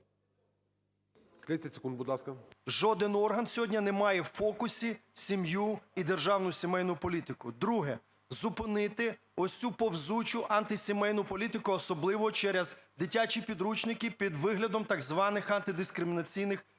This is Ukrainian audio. Жоден орган сьогодні не має в фокусі сім'ю і державну сімейну політику. Друге – зупинити ось цю повзучуантисімейну політику, особливо через дитячі підручники під виглядом так званих антидискримінаційних експертиз.